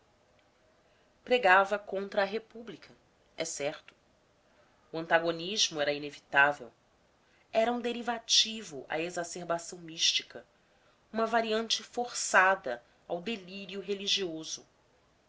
pregava contra a república é certo o antagonismo era inevitável era um derivativo à exacerbação mística uma variante forçada ao delírio religioso